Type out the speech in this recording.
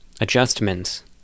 adjustments